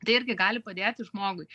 tai irgi gali padėti žmogui